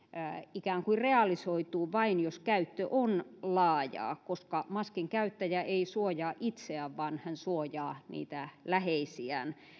ikään kuin realisoituu vain jos käyttö on laajaa koska maskin käyttäjä ei suojaa itseään vaan hän suojaa niitä läheisiään